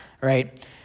right